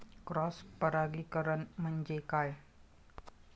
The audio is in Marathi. क्रॉस परागीकरण म्हणजे काय?